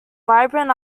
vibrant